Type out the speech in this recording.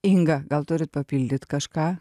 inga gal turit papildyt kažką